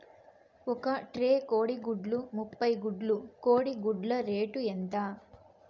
ఒక ట్రే కోడిగుడ్లు ముప్పై గుడ్లు కోడి గుడ్ల రేటు ఎంత?